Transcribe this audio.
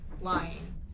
lying